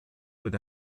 but